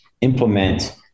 implement